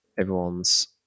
everyone's